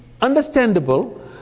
understandable